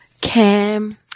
Cam